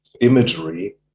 imagery